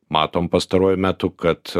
matom pastaruoju metu kad